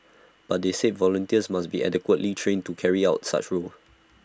but they said volunteers must be adequately trained to carry out such A role